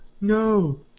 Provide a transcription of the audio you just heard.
No